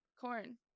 corn